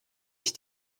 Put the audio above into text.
ich